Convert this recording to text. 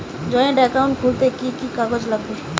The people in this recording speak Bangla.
জয়েন্ট একাউন্ট খুলতে কি কি কাগজ লাগবে?